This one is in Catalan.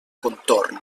contorn